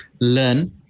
learn